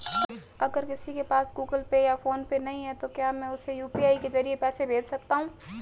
अगर किसी के पास गूगल पे या फोनपे नहीं है तो क्या मैं उसे यू.पी.आई के ज़रिए पैसे भेज सकता हूं?